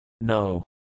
No